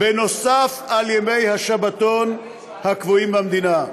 נוסף על ימי השבתון הקבועים במדינה.